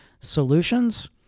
solutions